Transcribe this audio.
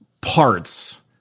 parts